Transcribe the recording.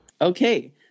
Okay